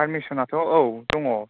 पार्मिसनाथ' औ दङ